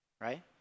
right